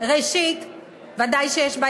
חבר הכנסת רוזנטל.